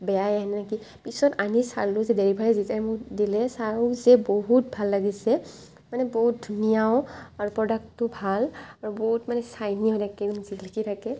বেয়াই আহে নেকি পিছত আনি চালোঁ যে ডেলিভাৰী যেতিয়া মোক দিলে চাওঁ যে বহুত ভাল লাগিছে মানে বহুত ধুনীয়াও আৰু প্ৰডাক্টটো ভাল আৰু বহুত মানে ছাইনি হৈ থাকে জিলিকি থাকে